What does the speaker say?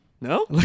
No